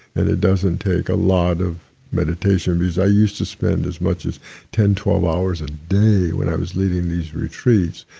and it doesn't take a lot of meditation because i used to spend as much as ten, twelve hours a and day when i was living these retreats.